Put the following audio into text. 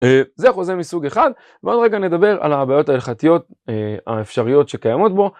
זה חוזה מסוג אחד. בעוד רגע נדבר על הבעיות ההלכתיות האפשריות שקיימות בו.